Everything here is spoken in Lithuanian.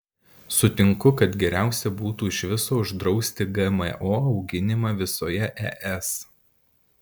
sutinku kad geriausia būtų iš viso uždrausti gmo auginimą visoje es